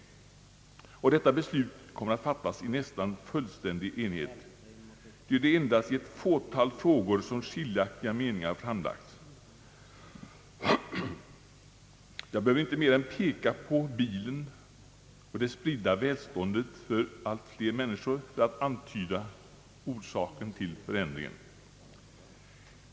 Och detta beslut kommer att fattas i nästan fullständig enighet, ty det är endast i ett fåtal frågor som skiljaktiga meningar har framlagts. Jag behöver inte mer än peka på bilen och det spridda välståndet för att antyda orsakerna till förändringen.